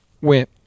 went